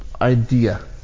idea